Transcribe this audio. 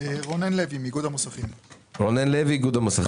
רונן לוי, איגוד המוסכים, בבקשה.